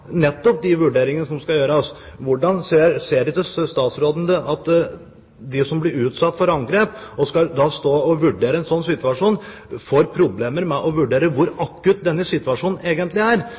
nettopp de vurderingene som skal foretas. Ser ikke statsråden at de som blir utsatt for angrep og som skal stå og vurdere en slik situasjon, får problemer med å vurdere hvor akutt situasjonen egentlig er?